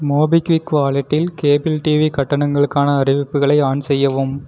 MobiKwik வாலெட்டில் cable TV கட்டணங்களுக்கான அறிவிப்புகளை ஆன் செய்யவும்